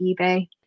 eBay